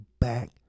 back